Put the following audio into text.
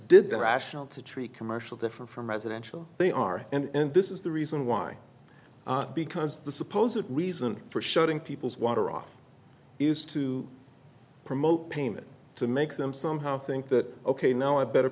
did the rational to treat commercial different from residential they are and this is the reason why because the suppose a reason for shutting people's water off is to promote payment to make them somehow think that ok now i better